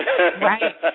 Right